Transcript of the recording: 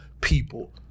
people